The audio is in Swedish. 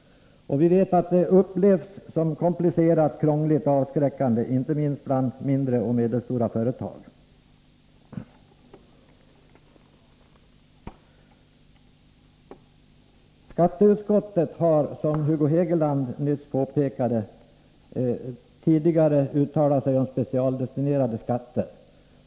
Vi vet att det upplevs som komplicerat, krångligt och avskräckande inte minst bland mindre och medelstora företag. Skatteutskottet har, som Hugo Hegeland nyss påpekade, tidigare uttalat sig om specialdestinerade skatter.